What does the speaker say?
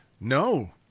No